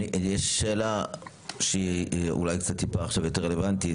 יש שאלה שהיא אולי קצת יותר רלוונטית.